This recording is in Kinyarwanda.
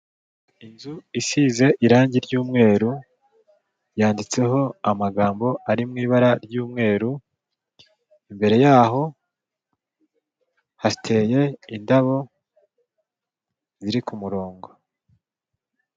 Inzu isize irange ry'umweru yanditseho amagambo ari mu ibara ry'umweru, imbere yaho hateye indabo ziri ku murongo.